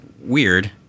weird